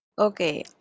Okay